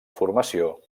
formació